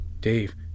Dave